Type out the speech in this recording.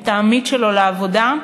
את העמית שלו לעבודה,